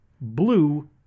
blue